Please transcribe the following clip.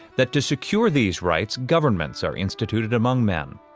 that to secure these rights, governments are instituted among men,